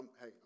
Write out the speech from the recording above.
Hey